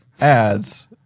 ads